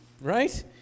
Right